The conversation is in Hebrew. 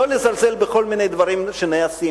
ולא נזלזל בכל מיני דברים שנעשים,